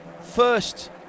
first